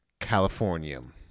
Californium